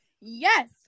Yes